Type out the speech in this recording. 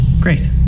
Great